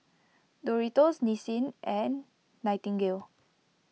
Doritos Nissin and Nightingale